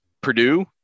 Purdue